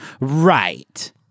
Right